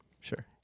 Sure